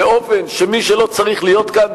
באופן שמי שלא צריך להיות כאן,